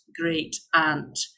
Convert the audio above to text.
great-aunt